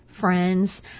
friends